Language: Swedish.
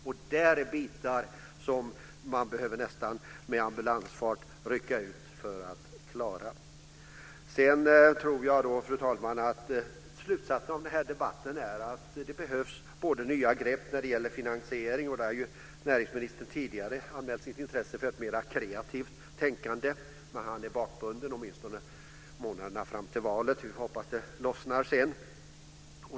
Där finns bitar som man behöver rycka ut till med nästan ambulansfart för att klara. Jag tror, fru talman, att slutsatsen av den här debatten är att det behövs nya grepp när det gäller finansiering. Näringsministern har tidigare anmält sitt intresse för ett mera kreativt tänkande. Men han är bakbunden åtminstone månaderna fram till valet, och vi får hoppas att det lossnar sedan.